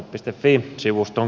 fi sivuston kautta